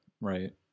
Right